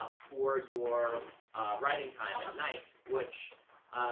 ah for your writing time at night, which